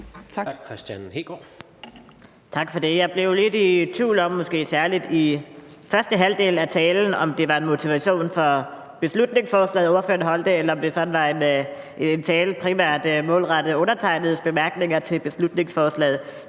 Tak for det. Jeg blev lidt i tvivl, måske særlig i forhold til første halvdel af talen, om det var en motivationstale for beslutningsforslaget, ordføreren holdt, eller om det var en tale primært målrettet undertegnedes bemærkninger til beslutningsforslaget